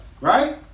right